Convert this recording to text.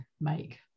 make